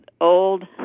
old